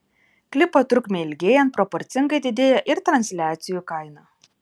klipo trukmei ilgėjant proporcingai didėja ir transliacijų kaina